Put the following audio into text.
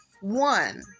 one